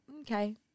okay